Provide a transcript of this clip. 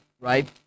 right